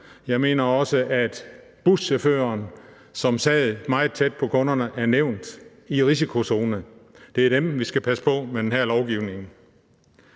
jeg mener også, at buschaufføren, som sad meget tæt på kunderne, er blevet nævnt i risikozonen. Det er dem, vi skal passe på med den her lovgivning.